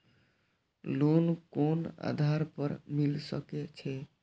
Loan कोन आधार पर मिल सके छे?